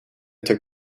took